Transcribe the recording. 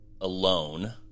alone